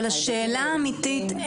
אבל השאלה האמיתית,